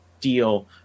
deal